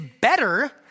better